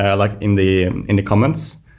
ah like in the and comments.